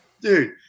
Dude